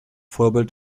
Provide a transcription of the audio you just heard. vorbild